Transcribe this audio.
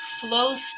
flows